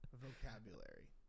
vocabulary